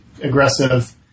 aggressive